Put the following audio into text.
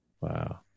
Wow